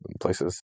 places